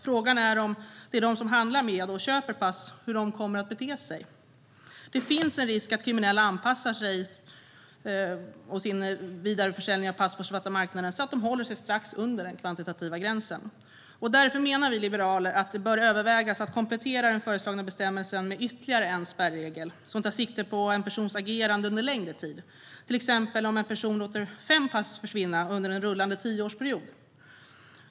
Frågan är hur de som handlar med och köper pass kommer att bete sig. Det finns en risk för att kriminella anpassar sin vidareförsäljning av pass på svarta marknaden så att de håller sig strax under den kvantitativa gränsen. Därför menar vi liberaler att det bör övervägas att komplettera den föreslagna bestämmelsen med en ytterligare spärregel som tar sikte på en persons agerande under längre tid, till exempel om en person låter fem pass försvinna under en rullande tioårsperiod.